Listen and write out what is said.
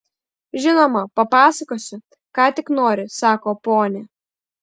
žinoma papasakosiu ką tik nori sako ponia